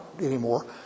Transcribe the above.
anymore